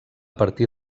partir